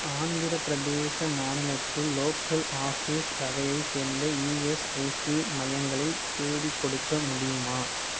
ஆந்திரப்பிரதேச மாநிலத்தில் local office வகையைச் சேர்ந்த இஎஸ்ஐசி மையங்களை தேடிக்கொடுக்க முடியுமா